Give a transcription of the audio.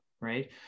right